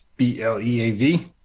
B-L-E-A-V